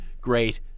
great